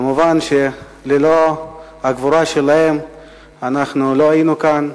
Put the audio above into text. כמובן שללא הגבורה שלהם אנחנו לא היינו כאן,